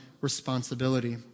responsibility